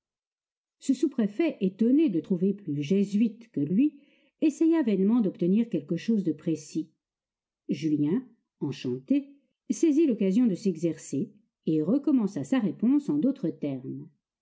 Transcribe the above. ce sous-préfet étonné de trouver plus jésuite que lui essaya vainement d'obtenir quelque chose de précis julien enchanté saisit l'occasion de s'exercer et recommença sa réponse en d'autres termes